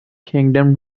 kingdom